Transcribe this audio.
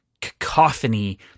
cacophony